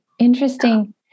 Interesting